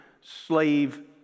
slave